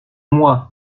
moi